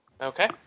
Okay